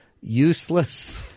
useless